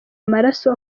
amaraso